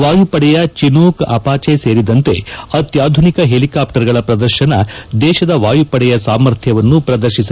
ವಾಯುಪಡೆಯ Chinook Apache ಸೇರಿದಂತೆ ಅತ್ಯಾಧುನಿಕ ಹೆಲಿಕಾಪ್ಷರ್ಗಳ ಪ್ರದರ್ಶನ ದೇಶದ ವಾಯುಪಡೆಯ ಸಾಮರ್ಥ್ಯವನ್ನು ಪ್ರದರ್ತಿಸಲಿದೆ